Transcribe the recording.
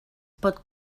pot